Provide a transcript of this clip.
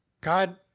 God